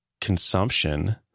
consumption